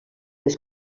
les